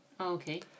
Okay